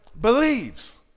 believes